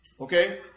Okay